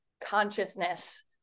consciousness